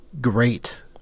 great